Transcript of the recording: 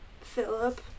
Philip